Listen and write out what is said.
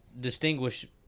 distinguish